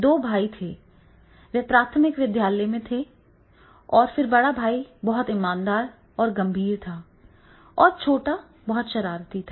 2 भाई थे वे प्राथमिक विद्यालय में थे और फिर बड़ा भाई बहुत ईमानदार और गंभीर था और छोटा एक शरारती था